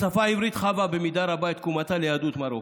השפה העברית חבה במידה רבה את תקומתה ליהדות מרוקו,